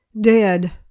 Dead